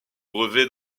brevets